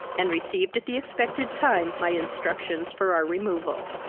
and received at the expected time my instructions for our removal.